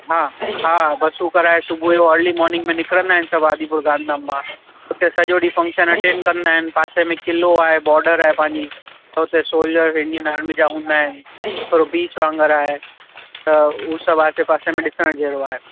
हा हा बसूं कराए सुबुज जो अर्ली मॉर्निंग में निकिरंदा आहिनि सभु आदिपुर गांधीधाम मां हुते सॼो ॾींहं फंक्शन अटेंड कंदा इन पासे में क़िलो आहे बॉर्डर आहे पंहिंजी त हुते सोल्जर इंडियन आर्मी जा हूंदा आहिनि थोर्प बीच वांगुरु आहे त उहा सभु आसे पासे में ॾिसणु जहिड़ो आहे